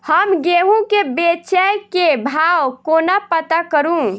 हम गेंहूँ केँ बेचै केँ भाव कोना पत्ता करू?